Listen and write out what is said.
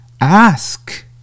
Ask